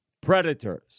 predators